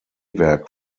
werk